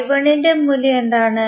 ന്റെ മൂല്യം എന്താണ്